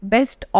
Best